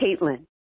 Caitlin